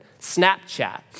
Snapchat